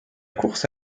course